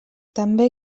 també